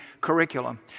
curriculum